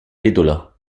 título